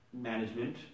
management